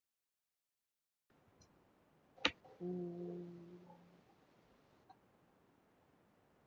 mm